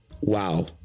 wow